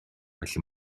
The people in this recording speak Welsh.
felly